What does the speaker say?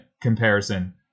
comparison